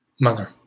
mother